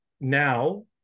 now